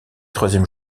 troisième